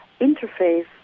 interface